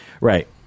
Right